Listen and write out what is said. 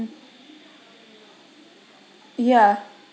ya